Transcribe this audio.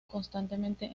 constantemente